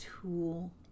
tool